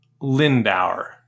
Lindauer